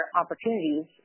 opportunities